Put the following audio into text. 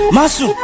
Masu